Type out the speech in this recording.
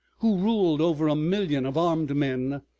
who ruled over a million of armed men,